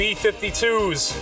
B-52s